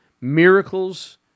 miracles